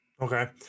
Okay